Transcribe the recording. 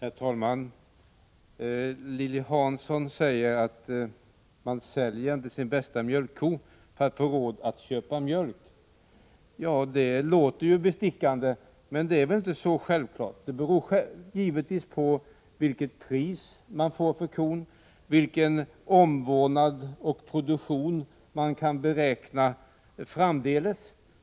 Herr talman! Lilly Hansson sade att man inte säljer sin bästa mjölkko för att få råd att köpa mjölk. Det låter ju bestickande men är inte så självklart. Det beror givetvis på vilket pris man får för kon och vilken omvårdnad och produktion man kan räkna med framdeles.